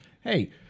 Hey